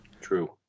True